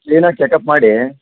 ಕ್ಲೀನಾಗಿ check up ಮಾಡಿ